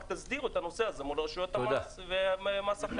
רק תסדירו את הנושא הזה מול רשויות המס ומס הכנסה.